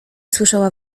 słyszała